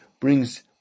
brings